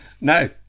No